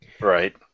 Right